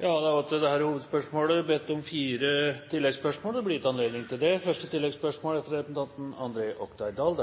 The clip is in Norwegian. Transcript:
Det blir gitt anledning til fire oppfølgingsspørsmål – først representanten André Oktay Dahl.